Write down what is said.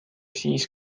siis